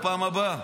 בפעם הבאה.